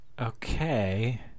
Okay